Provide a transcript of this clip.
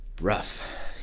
rough